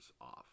off